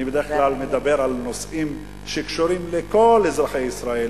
אני בדרך כלל מדבר על נושאים שקשורים לכל אזרחי ישראל.